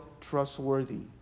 trustworthy